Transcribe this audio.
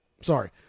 Sorry